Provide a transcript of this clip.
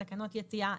תקנות יציאה,